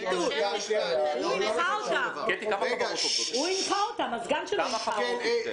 הוא הנחה אותן שהן יכולות לגבות דמי ביטול.